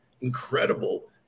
incredible